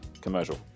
commercial